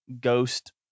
Ghost